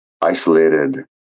isolated